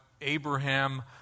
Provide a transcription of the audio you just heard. Abraham